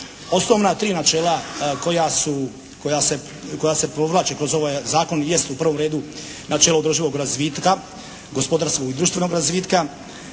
Osnovna tri načela koja se provlače kroz ovaj zakon jest u prvom redu načelo održivog razvitka, gospodarskog i društvenog razvitka